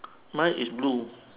mine is blue